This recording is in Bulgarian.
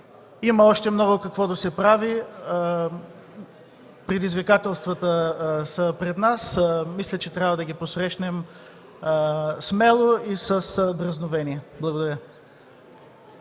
има още много какво да се прави. Предизвикателствата са пред нас. Мисля, че трябва да ги посрещнем смело и с дръзновение. Благодаря.